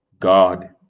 God